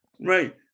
right